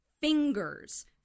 fingers